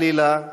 חלילה,